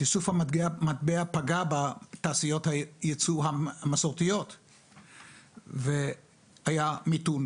תיסוף המטבע פגע בתעשיות הייצוא המסורתיות והיה מיתון,